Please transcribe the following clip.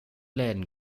läden